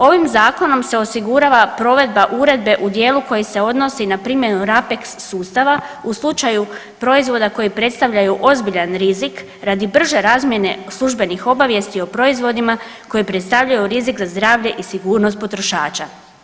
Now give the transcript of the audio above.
Ovim Zakonom se osigurava provedba Uredbe u dijelu koji se odnosi na primjenu RAPEX sustava u slučaju proizvoda koji predstavljaju ozbiljan rizik radi brže razmjene službenih obavijesti o proizvodima koji predstavljaju rizik za zdravlje i sigurnost potrošača.